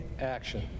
action